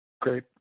Great